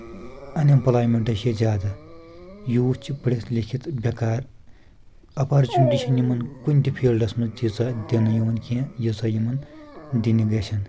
ان اؠمپلایمیٚنٹہٕ چھِ زیادٕ یوٗتھ چھِ پٔرِتھ لٮ۪کھِتھ بیکار اپارچوٗنٹی چھُنہٕ یِمن کُنہِ تہِ فیٖلڈس منٛز تیٖژاہ دِنہٕ یِوان کینٛہہ ییٖژاہ یِمن دِنہٕ گژھن